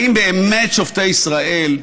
האם באמת שופטי ישראל,